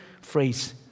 phrase